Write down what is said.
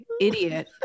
Idiot